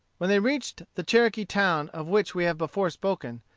when they reached the cherokee town of which we have before spoken,